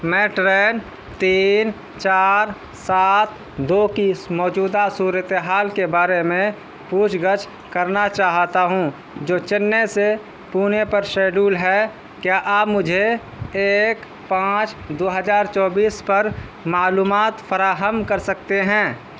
میں ٹرین تین چار سات دو کی اس موجودہ صورتحال کے بارے میں پوچھ گچھ کرنا چاہتا ہوں جو چنئی سے پونے پر شیڈول ہے کیا آپ مجھےایک پانچ دو ہزار چوبیس پر معلومات فراہم کر سکتے ہیں